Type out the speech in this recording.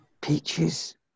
peaches